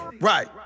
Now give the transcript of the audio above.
Right